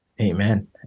Amen